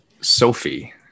Sophie